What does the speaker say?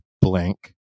blank